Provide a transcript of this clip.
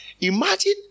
Imagine